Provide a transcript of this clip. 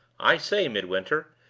i say, midwinter,